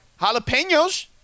Jalapenos